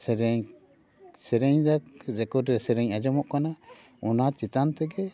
ᱥᱮᱨᱮᱧ ᱥᱮᱨᱮᱧ ᱮᱫᱟ ᱨᱮᱠᱳᱰ ᱨᱮ ᱥᱮᱨᱮᱧ ᱟᱧᱡᱚᱢᱚᱜ ᱠᱟᱱᱟ ᱚᱱᱟ ᱪᱮᱛᱟᱱ ᱛᱮᱜᱮ